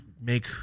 make